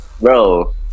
bro